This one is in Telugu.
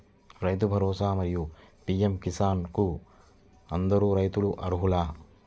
రైతు భరోసా, మరియు పీ.ఎం కిసాన్ కు అందరు రైతులు అర్హులా?